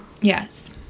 Yes